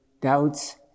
doubts